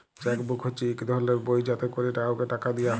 cheque book হছে ইক ধরলের বই যাতে ক্যরে কাউকে টাকা দিয়া হ্যয়